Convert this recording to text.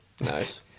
Nice